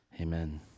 amen